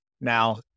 Now